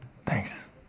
Thanks